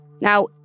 Now